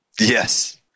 Yes